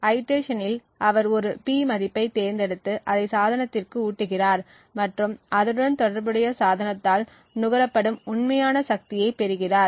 ஐடிரேஷனில் அவர் ஒரு P மதிப்பைத் தேர்ந்தெடுத்து அதை சாதனத்திற்கு ஊட்டுகிறார் மற்றும் அதனுடன் தொடர்புடைய சாதனத்தால் நுகரப்படும் உண்மையான சக்தியைப் பெறுகிறார்